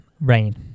rain